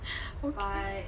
okay